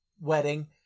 wedding